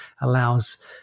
allows